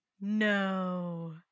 no